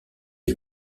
est